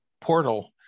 portal